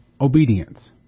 obedience